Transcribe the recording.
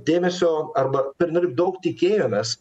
dėmesio arba pernelyg daug tikėjomės